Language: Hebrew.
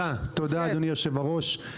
תודה, אדוני היושב-ראש.